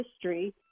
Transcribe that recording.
history